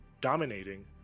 dominating